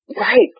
right